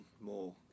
more